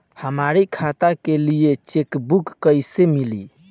हमरी खाता के लिए चेकबुक कईसे मिली?